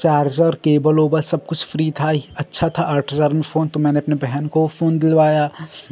charger cable उबल सब कुछ फ्री था अच्छा था आठ हजार में फोन तो मैंने अपनी बहन को फोन दिलवाया